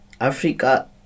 Africa